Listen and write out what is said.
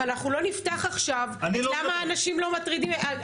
אבל אנחנו לא נפתח עכשיו כמה אנשים מטרידים --- אני לא מדבר.